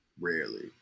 rarely